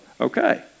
okay